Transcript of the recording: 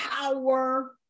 power